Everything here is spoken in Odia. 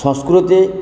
ସଂସ୍କୃତି